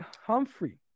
Humphrey